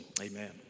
amen